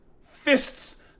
fists